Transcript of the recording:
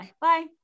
bye